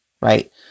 right